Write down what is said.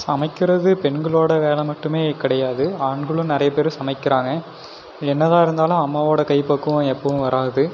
சமைக்கிறது பெண்களோடய வேலை மட்டுமே கிடையாது ஆண்களும் நிறைய பேர் சமைக்கிறாங்கள் என்னதான் இருந்தாலும் அம்மாவோடய கைப்பக்குவம் எப்பவும் வராது